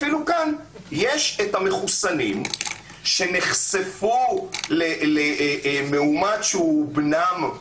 יש את המחוסנים שנחשפו למאומת שהוא בנם,